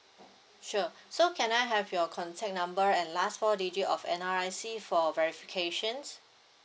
sure sir can I have your contact number and last four digit of N_R_I_C for verification